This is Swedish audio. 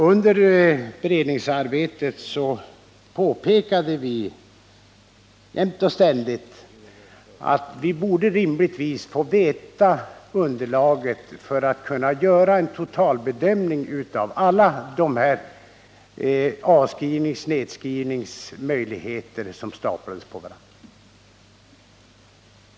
Under beredningsarbetet påpekade vi jämt och ständigt att vi rimligtvis borde få ta del av underlaget för att kunna göra en totalbedömning av alla dessa avskrivningsoch nedskrivningsmöjligheter som staplas på varandra.